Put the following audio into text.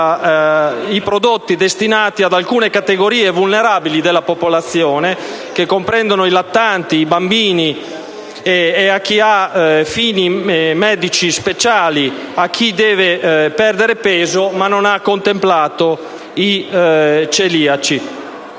i prodotti destinati ad alcune categorie vulnerabili della popolazione, che comprendono i lattanti, i bambini, chi ha fini medici speciali, chi deve perdere peso, ma non ha contemplato i celiaci.